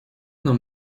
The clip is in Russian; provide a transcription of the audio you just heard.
нам